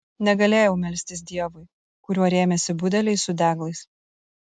negalėjau melstis dievui kuriuo rėmėsi budeliai su deglais